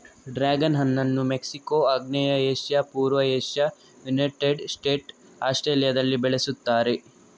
dragon ಹಣ್ಣನ್ನು Mexico, ಆಗ್ನೇಯ Asia, ಪೂರ್ವ ಏಷ್ಯಾ, ಯುನೈಟೆಡ್ ಸ್ಟೇಟ್ಸ್, ಆಸ್ಟ್ರೇಲಿಯಾದಲ್ಲಿ ಬೆಳೆಸುತ್ತಾರೆ